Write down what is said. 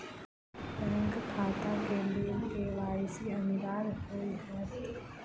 की bank खाता केँ लेल के.वाई.सी अनिवार्य होइ हएत?